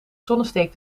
zonnesteek